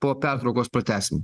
po pertraukos pratęsim